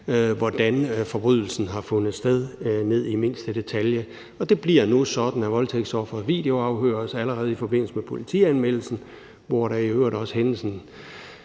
hvordan forbrydelsen har fundet sted. Og det bliver nu sådan, at voldtægtsofferet videoafhøres allerede i forbindelse med politianmeldelsen, hvor hændelsen i øvrigt også desværre er